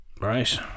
Right